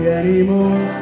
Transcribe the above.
anymore